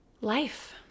life